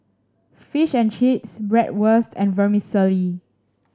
Fish and Chips Bratwurst and Vermicelli